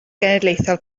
genedlaethol